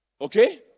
Okay